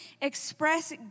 Express